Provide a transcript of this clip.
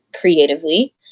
creatively